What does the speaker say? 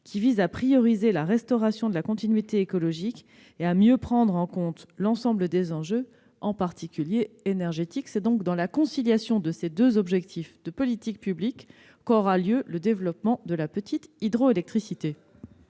visant à prioriser la restauration de la continuité écologique et à mieux prendre en compte l'ensemble des enjeux, en particulier énergétiques. C'est donc dans la conciliation de ces deux objectifs de politique publique qu'aura lieu le développement de la petite hydroélectricité.